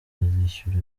bazishyura